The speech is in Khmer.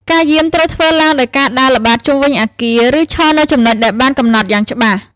ការយាមត្រូវធ្វើឡើងដោយការដើរល្បាតជុំវិញអគារ ឬឈរនៅចំណុចដែលបានកំណត់យ៉ាងច្បាស់។